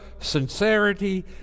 sincerity